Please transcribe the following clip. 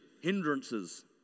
hindrances